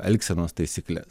elgsenos taisykles